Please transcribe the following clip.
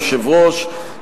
יושב-ראש,